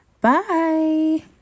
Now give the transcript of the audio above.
Bye